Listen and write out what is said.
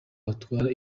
batwara